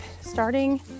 starting